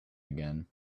again